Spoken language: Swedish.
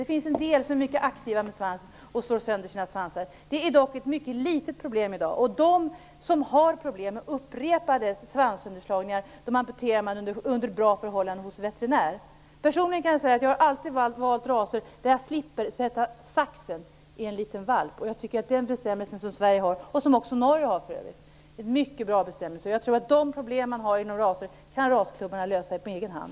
Det finns en del hundar som är mycket aktiva med sina svansar och slår sönder dem. Det är dock ett mycket litet problem i dag, och de hundar som har problem med upprepade svanssönderslagningar amputeras under bra förhållanden hos veterinär. Personligen har jag alltid valt raser där jag slipper sätta saxen i en liten valp. Jag tycker att den bestämmelse som Sverige och för övrigt också Norge har är en mycket bra bestämmelse. De problem som finns beträffande vissa raser tror jag att rasklubbarna kan lösa på egen hand.